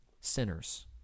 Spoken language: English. Sinners